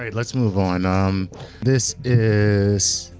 ah let's move on. um this is.